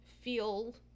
Feel